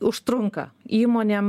užtrunka įmonėm